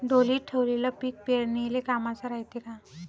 ढोलीत ठेवलेलं पीक पेरनीले कामाचं रायते का?